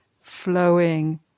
flowing